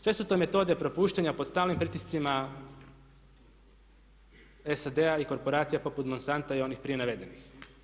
Sve su to metode propuštanja pod stalnim pritiscima SAD-a i korporacija poput Monsanta i onih prije navedenih.